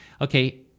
Okay